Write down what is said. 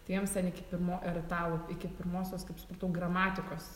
tiems ten iki pirmo ir italų iki pirmosios kaip supratau gramatikos